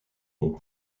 ont